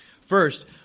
First